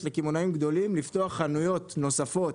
לקמעונאים גדולים לפתוח חנויות גדולות נוספות.